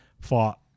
fought